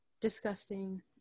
disgusting